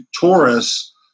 Taurus